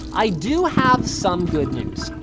i do have some good news.